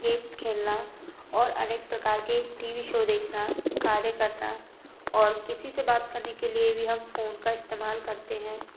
games खेलना और अनेक प्रकार के टी वी शो देखना कार्य करना और किसी से बात करने के लिए भी हम फ़ोन का इस्तमाल करते हैं